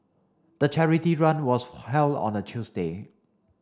the charity run was held on a Tuesday